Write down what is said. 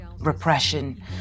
repression